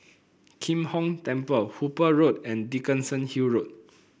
Kim Hong Temple Hooper Road and Dickenson Hill Road